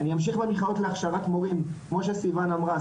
אני אמשיך ואני אחדד להכשרת מורים כמו שסיון אמרה,